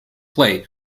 play